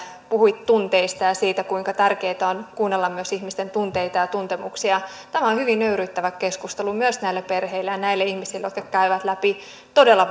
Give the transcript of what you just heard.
puhuit tunteista ja siitä kuinka tärkeätä on kuunnella myös ihmisten tunteita ja tuntemuksia hyvin nöyryyttävä keskustelu myös näille perheille ja näille ihmisille jotka käyvät läpi todella